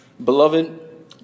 Beloved